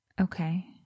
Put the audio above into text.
Okay